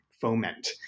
foment